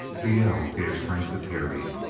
the yell gave strength to terry.